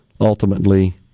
ultimately